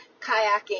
kayaking